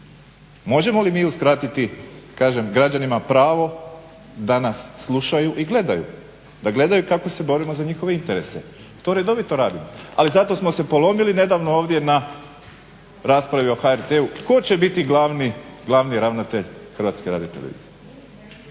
Možemo li mi uskratiti, kažem, građanima pravo da nas slušaju i gledaju? Da gledaju kako se borimo za njihove interese. To redovito radimo, ali zato smo se polomili nedavno ovdje na raspravi o HRT-u tko će biti Glavni ravnatelj HRT-a, a da sami